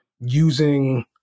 using